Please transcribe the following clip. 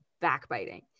backbiting